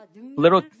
little